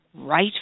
Right